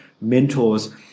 mentors